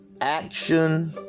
Action